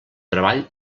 treball